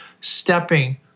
stepping